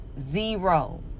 Zero